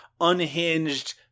unhinged